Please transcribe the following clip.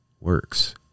works